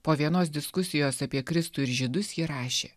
po vienos diskusijos apie kristų ir žydus ji rašė